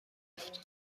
گفتم